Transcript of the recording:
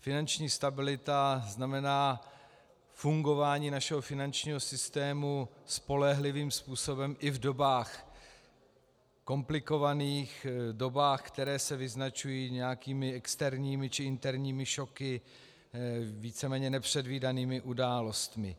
Finanční stabilita znamená fungování našeho finančního systému spolehlivým způsobem i v dobách komplikovaných, dobách, které se vyznačují nějakými externími či interními šoky, víceméně nepředvídanými událostmi.